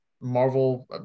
Marvel